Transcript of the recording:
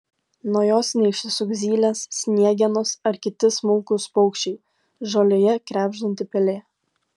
nuo jos neišsisuks zylės sniegenos ar kiti smulkūs paukščiai žolėje krebždanti pelė